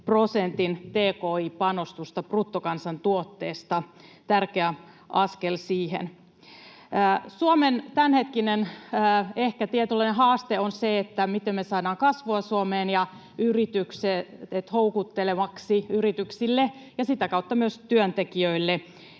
prosentin tki-panostusta bruttokansantuotteesta — tärkeä askel siihen. Suomen tämänhetkinen ehkä tietynlainen haaste on se, miten me saadaan kasvua Suomeen ja yritykset houkutteleviksi yrityksille ja sitä kautta myös työntekijöille,